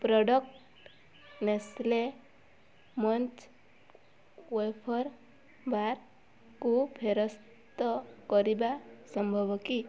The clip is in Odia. ପ୍ରଡକ୍ଟ ନେସ୍ଲେ ମଞ୍ଚ୍ ୱେଫର୍ ବାର୍କୁ ଫେରସ୍ତ କରିବା ସମ୍ଭବ କି